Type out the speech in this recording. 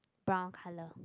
brown colour